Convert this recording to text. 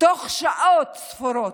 בתוך שעות ספורות,